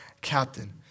Captain